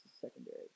secondary